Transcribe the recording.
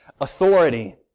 authority